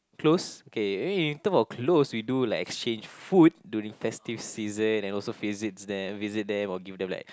close okay anyway when we talk about close we do like exchange food during festive season and also visits them visit them or give them like